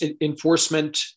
enforcement